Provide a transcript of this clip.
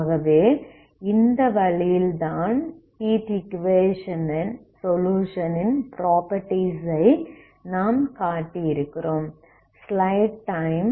ஆகவே இந்த வழியில் தான் ஹீட் ஈக்குவேஷன் ன் சொலுயுஷன் ன் ப்ராப்பர்ட்டீஸ் ஐ நாம் காட்டியிருக்கிறோம்